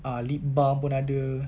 ah lip balm pun ada